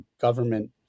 government